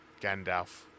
gandalf